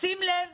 שים לב